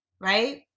right